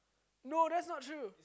no that's not true